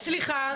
סליחה,